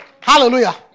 Hallelujah